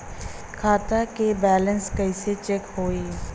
खता के बैलेंस कइसे चेक होई?